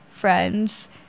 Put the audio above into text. Friends